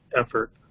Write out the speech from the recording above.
effort